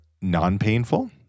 non-painful